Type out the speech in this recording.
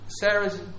Sarah's